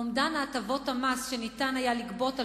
אומדן הטבות המס שניתן היה לגבות על